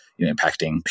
impacting